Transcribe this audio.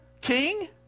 king